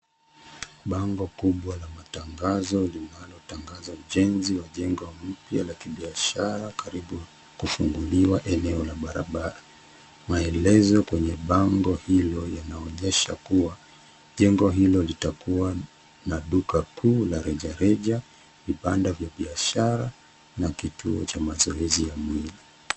Bango kubwa la matangazo linalotangaza ujenzi wa jengo mpya la kibiashara, karibu kufunguliwa eneo la barabara. Maelezo kwenye bango hilo yanaonyesha kua jengo hilo litakua na duka kuu la rejareja, vibanda vya biashara, na kituo cha mazoezi ya mwili.